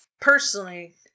Personally